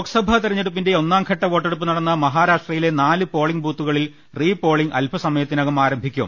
ലോക്സഭ തെരഞ്ഞെടുപ്പിന്റെ ഒന്നാംഘട്ട വോട്ടെടുപ്പ് നടന്ന മ ഹാരാഷ്ട്രയിലെ നാല് പോളിംഗ് ബുത്തുകളിൽ റീപോളിംഗ് അൽ പസമയത്തിനകം ആരംഭിക്കും